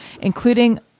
including